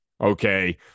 Okay